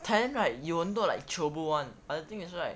thailand right 有很多 like chio bu [one] but the thing is right